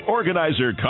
Organizer